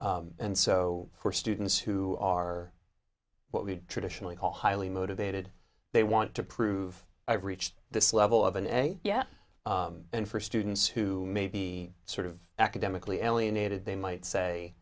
yeah and so for students who are what we traditionally call highly motivated they want to prove i've reached this level of an essay yet and for students who may be sort of academically alienated they might say